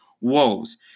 wolves